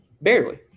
Barely